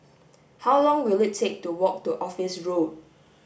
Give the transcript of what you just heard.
how long will it take to walk to Office Road